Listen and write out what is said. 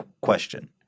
question